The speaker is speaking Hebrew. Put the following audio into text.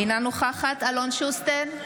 אינה נוכחת אלון שוסטר,